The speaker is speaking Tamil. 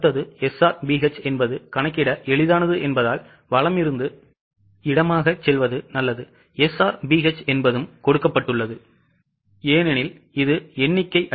அடுத்தது SRBH என்பது கணக்கிட எளிதானது என்பதால் வலமிருந்து இடமாகச் செல்வது நல்லது SRBH என்பதும் கொடுக்கப்பட்டுள்ளது ஏனெனில் இது எண்ணிக்கை